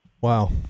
wow